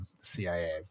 CIA